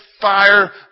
fire